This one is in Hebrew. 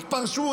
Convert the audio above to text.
רק פרשו,